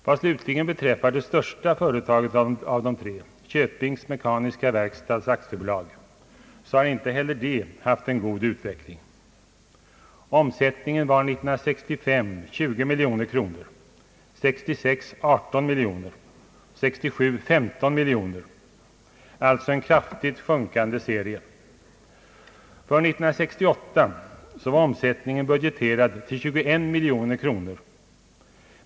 Vad slutligen beträffar det största företaget av de tre, Köpings mekaniska verkstad, har inte heiler det haft en god utveckling. Omsättningen var 1965 20 miljoner kronor, 1966 18 miljoner kronor och 1967 15 miljoner kronor, alltså en kraftigt sjunkande serie. För år 1968 var omsättningen budgeterad till 21 miljoner kronor.